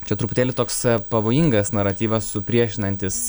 čia truputėlį toks pavojingas naratyvas supriešinantis